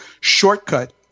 shortcut